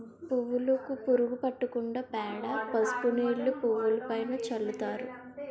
పువ్వులుకు పురుగు పట్టకుండా పేడ, పసుపు నీళ్లు పువ్వులుపైన చల్లుతారు